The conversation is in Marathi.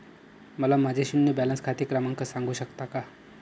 मला माझे शून्य बॅलन्स खाते क्रमांक सांगू शकता का?